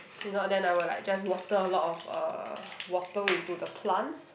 if not then I will just water a lot of uh water into the plants